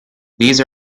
these